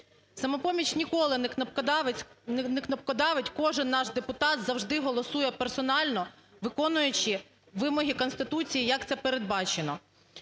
кнопкодавець… не кнопкодавить, кожен наш депутат завжди голосує персонально, виконуючи вимоги Конституції як це передбачено.